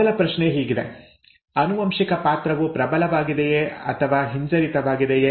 ಮೊದಲ ಪ್ರಶ್ನೆ ಹೀಗಿದೆ ಆನುವಂಶಿಕ ಪಾತ್ರವು ಪ್ರಬಲವಾಗಿದೆಯೆ ಅಥವಾ ಹಿಂಜರಿತವಾಗಿದೆಯೆ